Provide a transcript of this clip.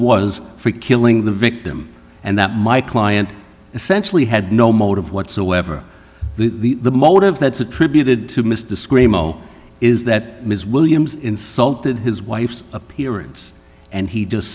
for killing the victim and that my client essentially had no motive whatsoever the motive that's attributed to miss to scream oh is that ms williams insulted his wife's appearance and he just